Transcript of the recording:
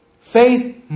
Faith